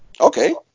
Okay